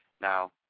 Now